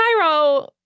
Cairo